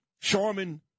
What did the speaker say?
Charmin